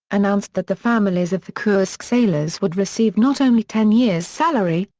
announced that the families of the kursk sailors would receive not only ten years' salary,